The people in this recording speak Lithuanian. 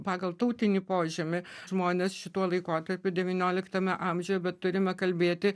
pagal tautinį požymį žmones šituo laikotarpiu devynioliktame amžiuje bet turime kalbėti